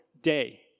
day